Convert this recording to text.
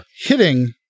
hitting